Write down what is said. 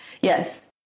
Yes